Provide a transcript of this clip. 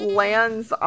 lands